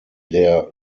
der